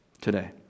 today